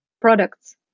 products